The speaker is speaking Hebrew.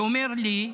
והוא אומר לי,